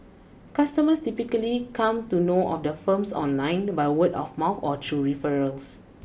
customers typically come to know of the firms online by word of mouth or through referrals